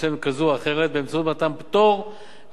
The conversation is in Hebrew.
באמצעות מתן פטור על מוצרים ספציפיים,